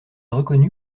reconnu